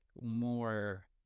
more